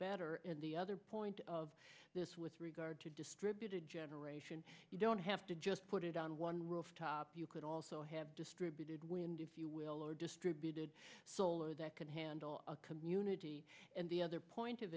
better and the other point of this with regard to distributed generation you don't have to just put it on one rooftop you could also have distributed wind if you will or distributed solar that can handle a community and the other point